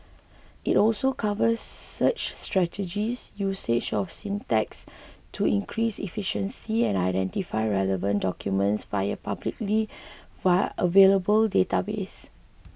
it also covers search strategies usage of syntax to increase efficiency and identifying relevant documents via publicly via available databases